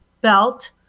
belt